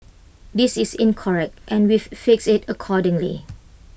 this is incorrect and we've fixed IT accordingly